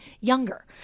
younger